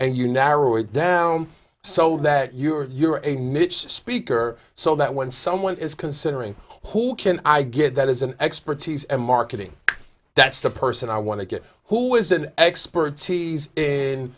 and you narrow it down so that you are a mitch speaker so that when someone is considering who can i get that is an expertise and marketing that's the person i want to get who is an expertise